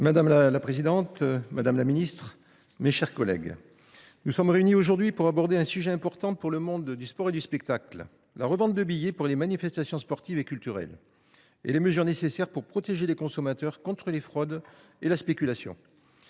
Madame la présidente, madame la ministre, mes chers collègues, nous sommes réunis aujourd’hui pour évoquer un sujet important pour le monde du sport et du spectacle, la revente de billets pour les manifestations sportives et culturelles et les mesures nécessaires pour protéger les consommateurs contre les fraudes et la spéculation.